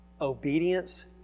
obedience